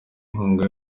inkunga